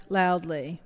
loudly